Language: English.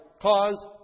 cause